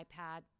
iPad